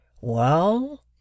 Well